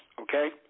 okay